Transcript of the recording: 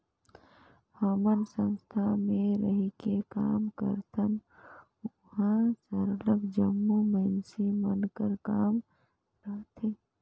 हमन संस्था में रहिके काम करथन उहाँ सरलग जम्मो मइनसे मन कर काम रहथे